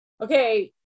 okay